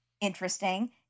Interesting